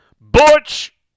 Butch